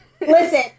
Listen